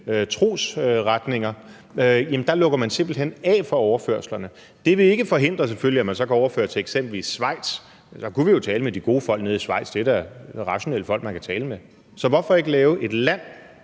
trosretninger, lukker man simpelt hen af for overførslerne. Det vil selvfølgelig ikke forhindre, at man så kan overføre til eksempelvis Schweiz, men så kunne vi jo tale med de gode folk nede i Schweiz. Det er da rationelle folk, man kan tale med. Så hvorfor ikke have et land